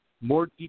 More